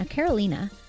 Carolina